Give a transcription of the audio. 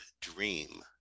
dream